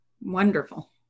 wonderful